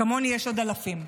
כמוני יש עוד אלפים,